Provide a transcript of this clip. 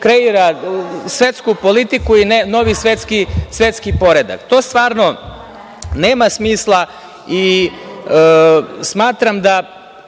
kreira svetsku politiku i novi svetski poredak. To stvarno nema smisla. Ono što je